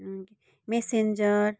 messenger